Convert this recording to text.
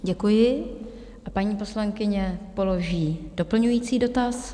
Děkuji a paní poslankyně položí doplňující dotaz.